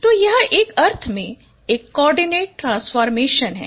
तो यह एक अर्थ में एक कोआर्डिनेट ट्रांसफॉर्मेशन है